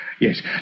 Yes